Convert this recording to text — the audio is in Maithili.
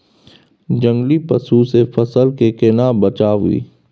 जंगली पसु से फसल के केना बचावी?